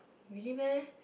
really meh